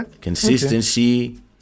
consistency